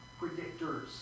predictors